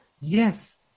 yes